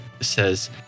says